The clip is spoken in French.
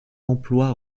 emploi